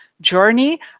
journey